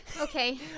Okay